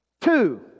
Two